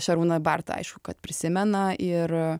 šarūną bartą aišku kad prisimena ir